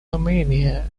armenia